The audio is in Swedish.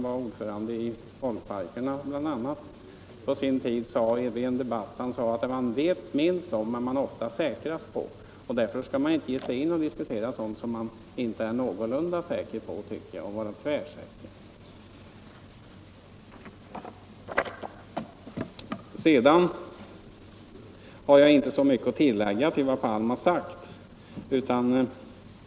var ordförande i folkparkerna, på sin tid sade i en debatt: Det man vet minst om är man ofta säkrast på. Därför tycker jag att man inte skall ge sig in på att diskutera sådant som man inte är någorlunda säker på — och vara tvärsäker. Sedan har jag inte så mycket att tillägga utöver vad herr Palm har sagt.